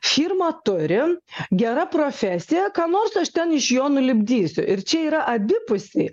širmą turi gera profesija ką nors aš ten iš jo nulipdysiu ir čia yra abipusiai